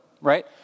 right